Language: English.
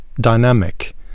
dynamic